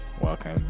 Welcome